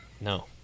no